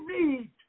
need